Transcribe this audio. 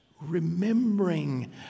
remembering